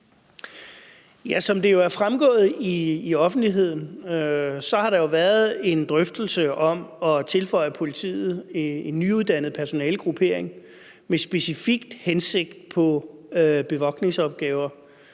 Som det er fremgået i offentligheden, har der jo været en drøftelse om at tilføje politiet en nyuddannet personalegruppering med specifikt henblik på bevogtningsopgaver